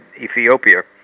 Ethiopia